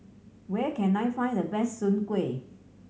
where can I find the best soon kway